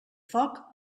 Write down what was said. foc